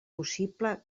possible